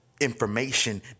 Information